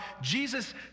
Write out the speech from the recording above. Jesus